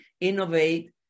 innovate